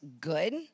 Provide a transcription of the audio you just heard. good